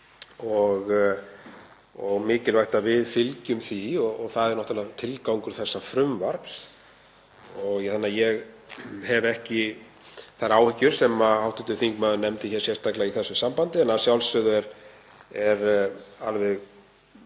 og mikilvægt að við fylgjum því og það er náttúrlega tilgangur þessa frumvarps. Ég hef ekki þær áhyggjur sem hv. þingmaður nefndi hér sérstaklega í þessu sambandi. En að sjálfsögðu er alveg